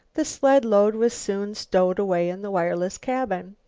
the sled load was soon stowed away in the wireless cabin.